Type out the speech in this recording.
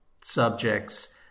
subjects